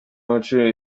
page